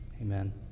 Amen